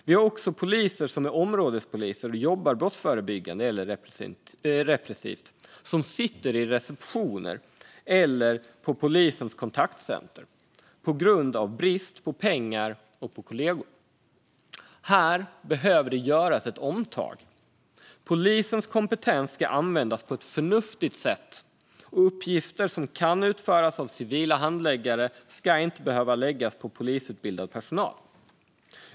Det finns också poliser som är områdespoliser och jobbar brottsförebyggande eller repressivt som sitter i receptioner eller på polisens kontaktcenter på grund av brist på pengar och kollegor. Här behöver det göras ett omtag. Polisens kompetens ska användas på ett förnuftigt sätt, och uppgifter som kan utföras av civila handläggare ska inte behöva läggas på polisutbildad personal.